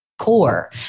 core